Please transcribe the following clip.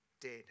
dead